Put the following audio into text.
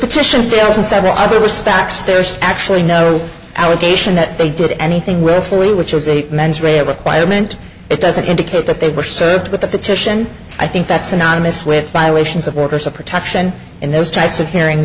fails in several other respects there's actually no allegation that they did anything willfully which is a mens rea requirement it doesn't indicate that they were served with a petition i think that's synonymous with violations of workers or protection and those types of hearing